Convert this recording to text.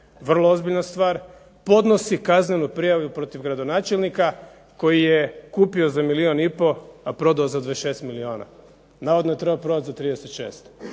vrlo ozbiljna stvar, podnosi kaznenu prijavu protiv gradonačelnika koji je kupio za milijun i pol, a prodao za 26 milijuna, navodno je trebao prodati za 36.